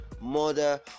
mother